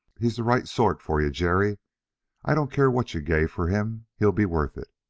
he's the right sort for you, jerry i don't care what you gave for him, he'll be worth it.